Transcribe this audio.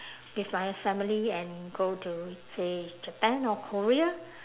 with my family and go to say japan or korea